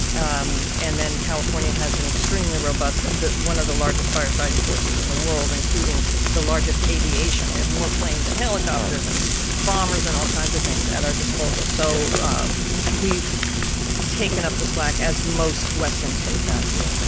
um and then california has an extremely robust one of the largest firefighting forces in the world, including the largest aviation. we have more planes and helicopters and bombers and all kinds of things at our disposal. so we've taken up the slack as most western states have yeah.